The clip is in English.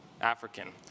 African